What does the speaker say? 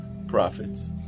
prophets